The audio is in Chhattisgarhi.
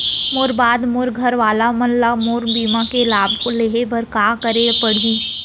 मोर बाद मोर घर वाला मन ला मोर बीमा के लाभ लेहे बर का करे पड़ही?